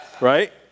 Right